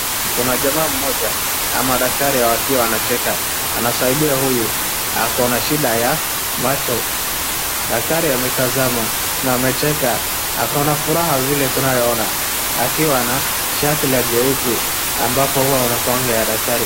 Kuna jamaa mmoja ama daktari akiwa anacheka, anasaidia huyu, ako na shida ya macho. Daktari ametazama na amecheka, ako na furaha vile tunavyoona akiwa na shati la jeupe ambapo huwa anakuwanga ya daktari.